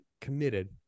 committed